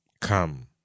come